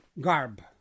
garb